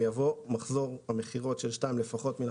במקום פסקה (2) יבוא: "(2) מחזור המכירות של שתיים לפחות מן